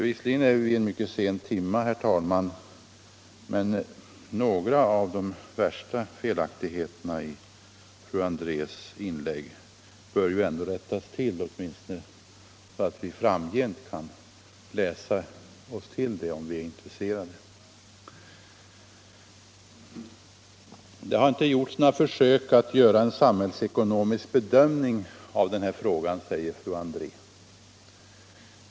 Visserligen är vi i en mycket sen timme, herr talman, men några av de värsta felaktigheterna i fru Andrés inlägg bör ju ändå rättas till, åtminstone så att vi framgent kan läsa oss till det, om vi är intresserade. Det har inte gjorts några försök till samhällsekonomisk bedömning av den här frågan, sade fru André.